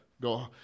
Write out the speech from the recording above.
go